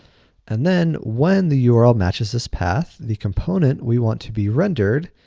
and then, when the yeah url matches this path the component we want to be rendered,